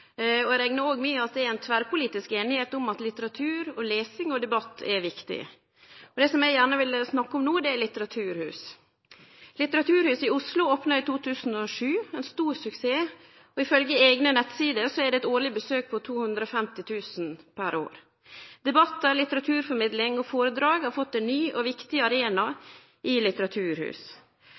viktig. Eg reknar òg med at det er ei tverrpolitisk einigheit om at litteratur, lesing og debatt er viktig. Det eg gjerne ville snakke litt om no, er litteraturhus. Litteraturhuset i Oslo opna i 2007 – ein stor suksess. Ifølgje eigne nettsider har det eit årleg besøk på 250 000 per år. Debattar, litteraturformidling og foredrag har fått ein ny og viktig arena i